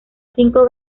cinco